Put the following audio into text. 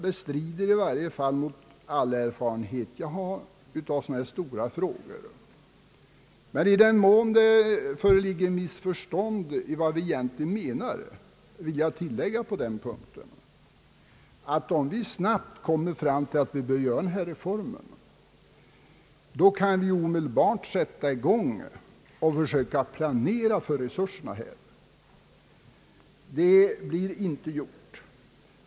Detta strider i varje fall mot all den erfarenhet som jag har av sådana här stora frågor. Men i den mån det föreligger missförstånd om vad vi egentligen menar vill jag på den punkten tillägga, att om vi genom utredningen snabbt kommer fram till att reformen bör genomföras, så kan man omedelbart sätta i gång och försöka planera för resurserna. Det är det som nu inte blir gjort.